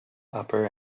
upper